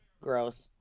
gross